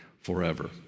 forever